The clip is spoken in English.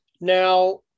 Now